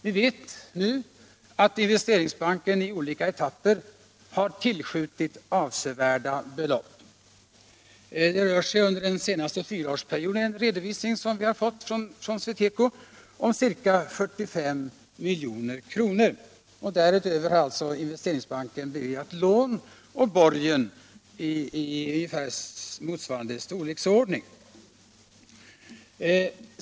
Vi vet nu att Investeringsbanken i olika etapper har tillskjutit avsevärda belopp. Enligt den redovisning vi har fått från SweTeco rör det sig för den senaste fyraårsperioden om ca 45 milj.kr. Därutöver har Investeringsbanken beviljat lån och borgen till ungefär motsvarande belopp.